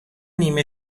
نیمه